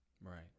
right